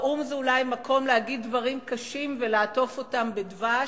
האו"ם זה אולי מקום להגיד דברים קשים ולעטוף אותם בדבש,